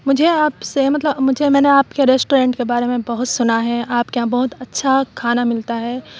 مجھے آپ سے مطلب مجھے میں نے آپ کے ریسٹورنٹ کے بارے میں بہت سنا ہے آپ کے یہاں بہت اچھا کھانا ملتا ہے